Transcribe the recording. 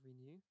renew